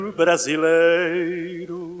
brasileiro